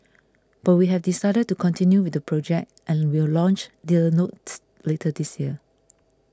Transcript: but we have decided to continue with the project and will launch the notes later this year